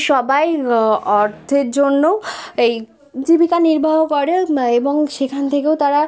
সবাই অর্থের জন্যও এই জীবিকা নির্বাহ করে এবং সেখান থেকেও তারা